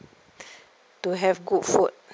to have good food